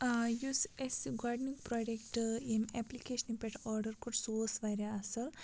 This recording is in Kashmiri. یُس اَسہِ گۄڈنیُک پرٛوڈَکٹ ییٚمہِ ایٚپلِکیشنہِ پٮ۪ٹھ آرڈَر کوٚر سُہ اوس واریاہ اَصٕل